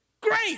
Great